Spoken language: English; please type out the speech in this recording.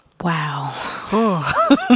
Wow